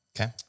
Okay